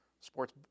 sports